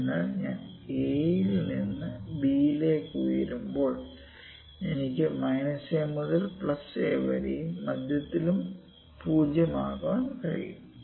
അതിനാൽ ഞാൻ a ൽ നിന്ന് b ലേക്ക് ഉയരുമ്പോൾ എനിക്ക് a മുതൽ a വരെയും മധ്യത്തിൽ 0 ആക്കാനും കഴിയും